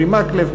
אורי מקלב,